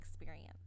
experience